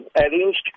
arranged